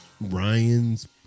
Ryan's